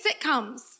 sitcoms